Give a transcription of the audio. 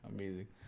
Amazing